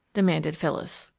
demanded phyllis.